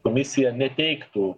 komisija neteiktų